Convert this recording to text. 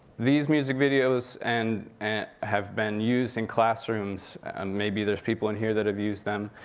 these music videos and and have been used in classrooms, and maybe there's people in here that have used them.